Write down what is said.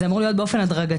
זה אמור להיות באופן הדרגתי.